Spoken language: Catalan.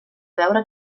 veure